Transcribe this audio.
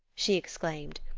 she exclaimed.